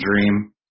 dream